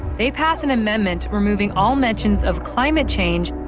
they pass an amendment removing all mentions of climate change